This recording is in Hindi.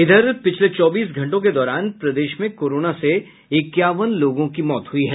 इधर पिछले चौबीस घंटों के दौरान प्रदेश में कोरोना से इक्यावन लोगों की मौत हुई है